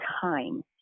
time